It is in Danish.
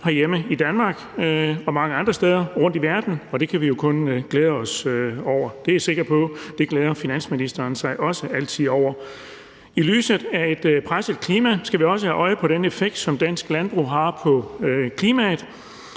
herhjemme i Danmark, men også mange andre steder rundtom i verden, og det kan vi jo kun glæde os over. Det er jeg sikker på at finansministeren også altid glæder sig over. I lyset af et presset klima skal vi også have øje for den effekt, som dansk landbrug har på klimaet,